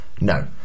No